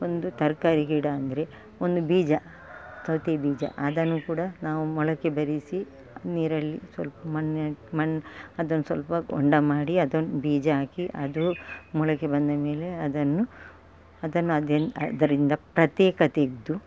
ಒಂದು ತರಕಾರಿ ಗಿಡ ಅಂದರೆ ಒಂದು ಬೀಜ ಸೌತೆ ಬೀಜ ಅದನ್ನು ಕೂಡಾ ನಾವು ಮೊಳಕೆ ಬರಿಸಿ ನೀರಲ್ಲಿ ಸ್ವಲ್ಪ ಮಣ್ಣು ಮಣ್ಣು ಅದನ್ನು ಸ್ವಲ್ಪ ಹೊಂಡ ಮಾಡಿ ಅದನ್ ಬೀಜ ಹಾಕಿ ಅದು ಮೊಳಕೆ ಬಂದಮೇಲೆ ಅದನ್ನು ಅದನ್ನು ಅದು ಅದರಿಂದ ಪ್ರತ್ಯೇಕ ತೆಗೆದು